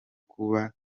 kuba